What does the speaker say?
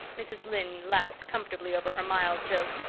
mrs. lynde laughed comfortably over her mild joke,